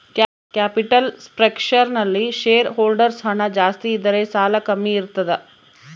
capital structure ನಲ್ಲಿ shareholders ಹಣ ಜಾಸ್ತಿ ಇದ್ದರೆ ಸಾಲ ಕಮ್ಮಿ ಇರ್ತದ